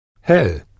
hell